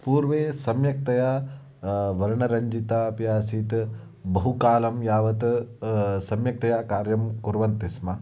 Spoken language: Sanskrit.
पूर्वं सम्यक्तया वर्णरञ्जिता अपि आसीत् बहु कालं यावत् सम्यक्तया कार्यं कुर्वन्ति स्म